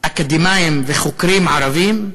שאקדמאים וחוקרים ערבים מעולים,